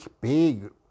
big